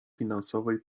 finansowej